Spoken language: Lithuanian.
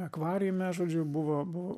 akvariume žodžiu buvo buvo